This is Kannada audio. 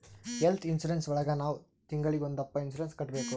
ಹೆಲ್ತ್ ಇನ್ಸೂರೆನ್ಸ್ ಒಳಗ ನಾವ್ ತಿಂಗ್ಳಿಗೊಂದಪ್ಪ ಇನ್ಸೂರೆನ್ಸ್ ಕಟ್ಟ್ಬೇಕು